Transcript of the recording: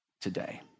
today